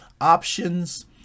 options